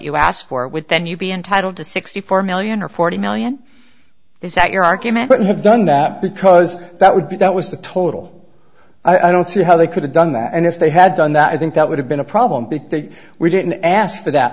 you asked for with then you'd be entitled to sixty four million or forty million is that your argument would have done that because that would be that was the total i don't see how they could have done that and if they had done that i think that would have been a problem because they were didn't ask for that